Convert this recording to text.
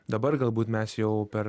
dabar galbūt mes jau per